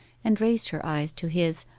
and raised her eyes to his,